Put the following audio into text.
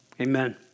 Amen